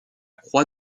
croix